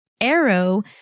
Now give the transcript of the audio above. Arrow